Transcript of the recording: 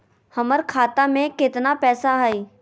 हमर खाता मे केतना पैसा हई?